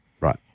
Right